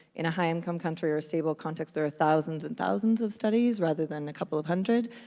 in a high income country or a stable context, there are thousands and thousands of studies rather than a couple of hundred,